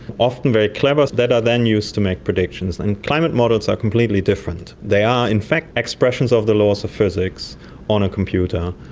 often very clever, that are then used to make predictions. climate models are completely different, they are in fact expressions of the laws of physics on a computer,